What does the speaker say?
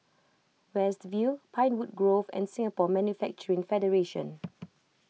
West View Pinewood Grove and Singapore Manufacturing Federation